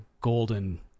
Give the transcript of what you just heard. golden